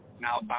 now